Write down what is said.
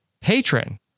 patron